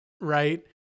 right